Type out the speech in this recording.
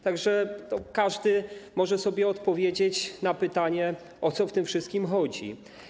Tak że każdy może sobie odpowiedzieć na pytanie, o co w tym wszystkim chodzi.